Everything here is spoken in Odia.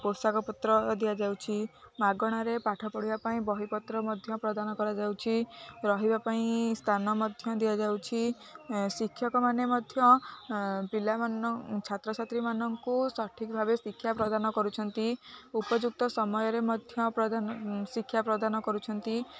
ପୋଷାକ ପତ୍ର ଦିଆଯାଉଛି ମାଗଣାରେ ପାଠ ପଢ଼ିବା ପାଇଁ ବହିପତ୍ର ମଧ୍ୟ ପ୍ରଦାନ କରାଯାଉଛି ରହିବା ପାଇଁ ସ୍ଥାନ ମଧ୍ୟ ଦିଆଯାଉଛି ଶିକ୍ଷକମାନେ ମଧ୍ୟ ପିଲାମାନ ଛାତ୍ର ଛାତ୍ରୀମାନଙ୍କୁ ସଠିକ ଭାବେ ଶିକ୍ଷା ପ୍ରଦାନ କରୁଛନ୍ତି ଉପଯୁକ୍ତ ସମୟରେ ମଧ୍ୟ ପ୍ରଦାନ ଶିକ୍ଷା ପ୍ରଦାନ କରୁଛନ୍ତି